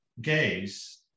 gays